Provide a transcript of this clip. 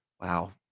wow